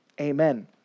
Amen